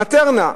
"מטרנה",